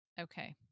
Okay